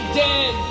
dead